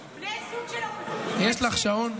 מירב, יש לך שעון?